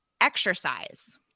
exercise